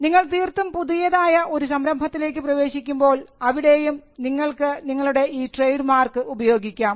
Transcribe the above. നിങ്ങൾ തീർത്തും പുതിയതായ ഒരു സംരംഭത്തിലേക്ക് പ്രവേശിക്കുമ്പോൾ അവിടെയും നിങ്ങൾക്ക് നിങ്ങളുടെ ഈ ട്രേഡ് മാർക്ക് ഉപയോഗിക്കാം